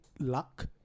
Luck